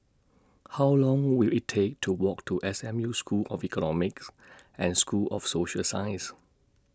How Long Will IT Take to Walk to S M U School of Economics and School of Social Sciences